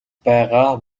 байгаа